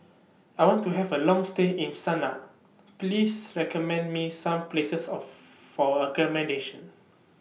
I want to Have A Long stay in Sanaa Please recommend Me Some Places of For accommodation